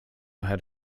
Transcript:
had